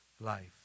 life